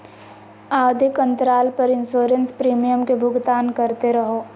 आवधिक अंतराल पर इंसोरेंस प्रीमियम के भुगतान करते रहो